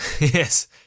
yes